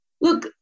Look